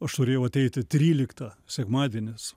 aš turėjau ateiti tryliktą sekmadienis